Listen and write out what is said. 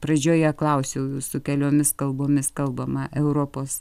pradžioje klausiau jūsų keliomis kalbomis kalbama europos